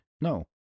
No